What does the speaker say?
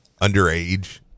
underage